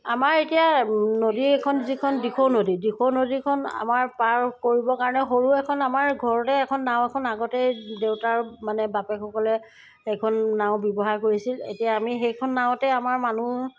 আমাৰ এতিয়া নদী এইখন যিখন দিখৌ নদী দিখৌ নদীখন আমাৰ পাৰ কৰিবৰ কাৰণে সৰু এখন আমাৰ ঘৰতে এখন নাও এখন আগতেই দেউতাৰ মানে বাপেকসকলে সেইখন নাও ব্যৱহাৰ কৰিছিল এতিয়া আমি সেইখন নাৱতে আমাৰ মানুহ